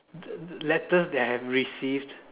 the the letters that I have received